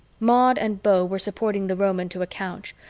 maud and beau were supporting the roman to a couch,